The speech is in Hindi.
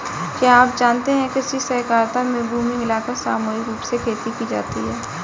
क्या आप जानते है कृषि सहकारिता में भूमि मिलाकर सामूहिक रूप से खेती की जाती है?